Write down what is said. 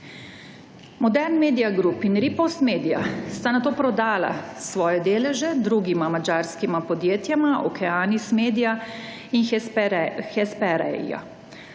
Modern Media Group in Ripost Media sta nato prodala svoje deleže drugima madžarskima podjetjema Okeanis Media in Hesperia.